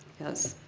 yes.